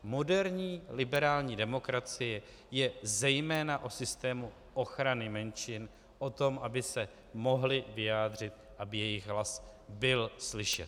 Moderní liberální demokracie je zejména o systému ochrany menšin, o tom, aby se mohly vyjádřit, aby jejich hlas byl slyšet.